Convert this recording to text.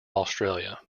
australia